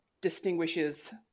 distinguishes